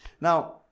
Now